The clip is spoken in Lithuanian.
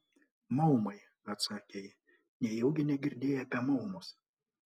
maumai atsakė ji nejaugi negirdėjai apie maumus